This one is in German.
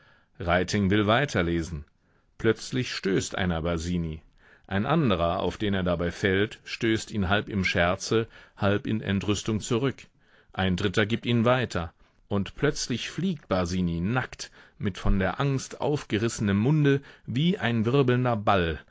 reiting will weiter lesen plötzlich stößt einer basini ein anderer auf den er dabei fällt stößt ihn halb im scherze halb in entrüstung zurück ein dritter gibt ihn weiter und plötzlich fliegt basini nackt mit von der angst aufgerissenem munde wie ein wirbelnder ball